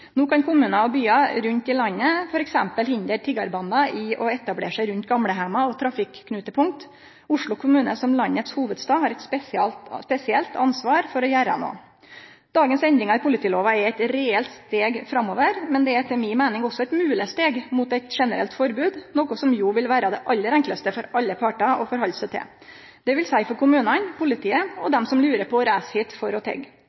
no får. No kan kommunar og byar rundt i landet f.eks. hindre tiggarbandar i å etablere seg rundt gamleheimar og trafikknutepunkt. Oslo kommune – som landets hovudstad – har eit spesielt ansvar for å gjere noko. Dagens endringar i politilova er eit reelt steg framover, men det er etter mi meining òg eit mogleg steg mot eit generelt forbod. Det vil vere det aller enklaste for alle partar å rette seg etter – for kommunane, politiet og dei som lurer på å reise hit for